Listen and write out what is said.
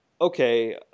Okay